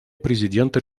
президента